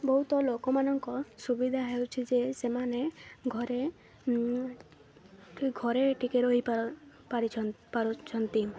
ବହୁତ ଲୋକମାନଙ୍କ ସୁବିଧା ହେଉଛି ଯେ ସେମାନେ ଘରେ ଘରେ ଟିକେ ରହି ପାରୁଛନ୍ତି